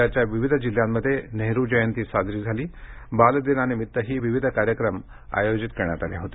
राज्याच्या विविध जिल्ह्यांमध्येही नेहरू जयंती साजरी झाली बाल दिनानिमित्तही विविध कार्यक्रम आयोजित करण्यात आले होते